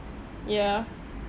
yeah